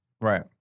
Right